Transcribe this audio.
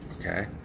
Okay